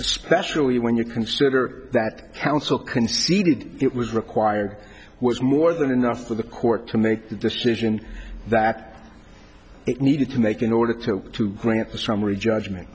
especially when you consider that counsel conceded it was required was more than enough for the court to make the decision that it needed to make in order to to grant a summary judgment